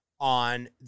on